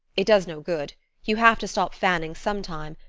it does no good you have to stop fanning some time,